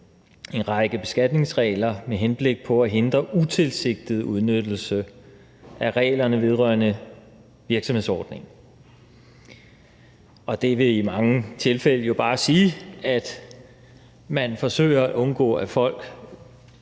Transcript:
en række beskatningsregler med henblik på at hindre utilsigtet udnyttelse af reglerne vedrørende virksomhedsordningen. Det vil i mange tilfælde bare sige, at man forsøger at undgå, at folk